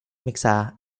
mixer